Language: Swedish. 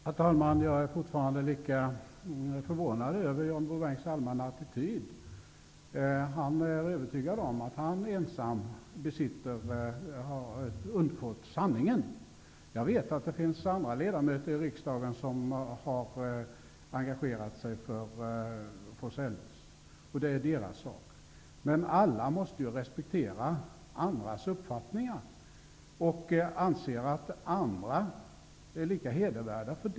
Herr talman! Jag är fortfarande lika förvånad över John Bouvins allmänna attityd. Han är övertygad om att han ensam har undfått sanningen. Jag vet att andra ledamöter i riksdagen har engagerat sig för Olof af Forselles, och det är deras sak. Men alla måste respektera andras uppfattningar och anse att andra är lika hedervärda.